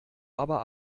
aber